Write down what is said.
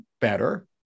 better